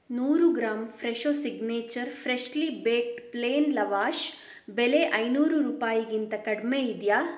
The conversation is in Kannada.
ನೂರು gram Fresho signature freshly baked plain lavash ಬೆಲೆ ಐನೂರು ರೂಪಾಯಿಗಿಂತ ಕಡಿಮೆ ಇದೆಯಾ